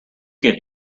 get